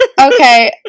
Okay